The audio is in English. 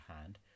hand